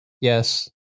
Yes